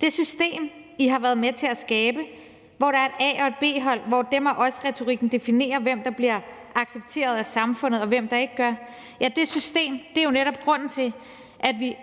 Det system, I har været med til at skabe, hvor der er et A-hold og et B-hold, hvor dem og os-retorikken definerer, hvem der bliver accepteret af samfundet, og hvem der ikke gør, ja, det system er jo netop grunden til, at vi